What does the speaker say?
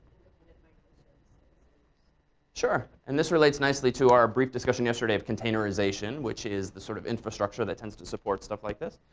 and like sure. and this relates nicely to our brief discussion yesterday of containerization, which is the sort of infrastructure that tends to support stuff like this.